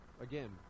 again